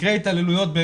מקרי התעללויות,